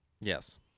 Yes